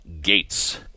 Gates